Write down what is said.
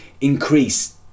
increase